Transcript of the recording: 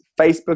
Facebook